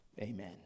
Amen